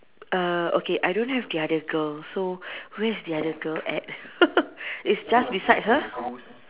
err okay I don't have the other girl so who is the other girl it's just beside her